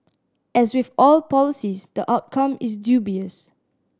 as with all policies the outcome is dubious